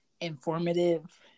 informative